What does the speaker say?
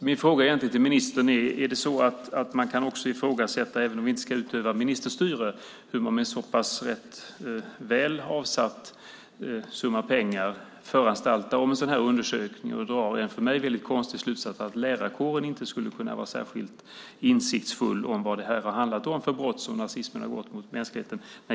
Även om vi inte ska utöva ministerstyre vill jag fråga ministern om man inte kan ifrågasätta hur Forum för levande historia, med en rätt väl tilltagen summa pengar, kan föranstalta om en sådan undersökning och dra en, som jag tycker, konstig slutsats, nämligen att lärarkåren inte skulle vara särskilt insiktsfull om vilka brott nazismen begått mot mänskligheten.